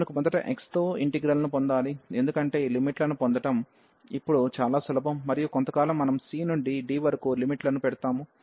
మనకు మొదట x తో ఇంటిగ్రల్ ను పొందాలి ఎందుకంటే ఈ లిమిట్ లను పొందడం ఇప్పుడు చాలా సులభం మరియు కొంతకాలం మనం c నుండి d వరకు లిమిట్ లను పెడతాము